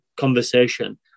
conversation